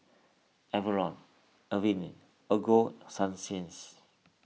Enervon Avene Ego Sunsense